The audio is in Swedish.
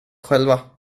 själva